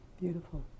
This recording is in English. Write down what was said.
Beautiful